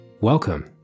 Welcome